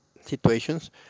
situations